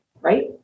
right